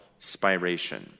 spiration